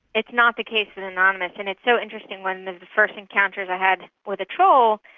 it's not the case with anonymous and it's so interesting. one of the first encounters i had with a troll